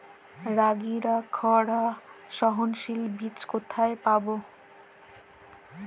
রাগির খরা সহনশীল বীজ কোথায় পাবো?